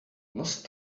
lost